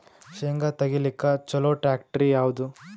ಶೇಂಗಾ ತೆಗಿಲಿಕ್ಕ ಚಲೋ ಟ್ಯಾಕ್ಟರಿ ಯಾವಾದು?